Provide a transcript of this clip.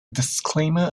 disclaimer